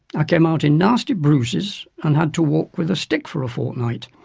i came out in nasty bruises and had to walk with a stick for fortnight,